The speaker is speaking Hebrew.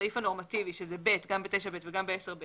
בסעיף הנורמטיבי שהוא (ב), גם ב-9ב וגם ב-10ב